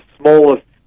smallest